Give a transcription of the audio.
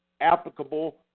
applicable